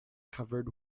covered